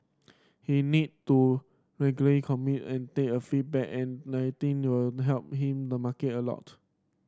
he need to regularly communicate and take a feedback and I think will help him the market a lot